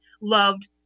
loved